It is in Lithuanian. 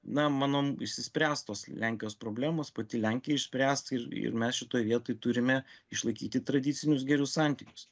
na manom išsispręs tos lenkijos problemos pati lenkija išspręs ir ir mes šitoj vietoj turime išlaikyti tradicinius gerus santykius